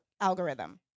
algorithm